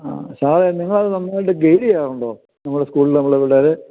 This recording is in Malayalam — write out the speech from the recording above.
സാറേ നിങ്ങളത് നന്നായിട്ട് ഗൈഡ് ചെയ്യാറുണ്ടോ നമ്മുടെ സ്കൂളിൽ നമ്മുടെ പിള്ളാരെ